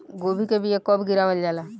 गोभी के बीया कब गिरावल जाला?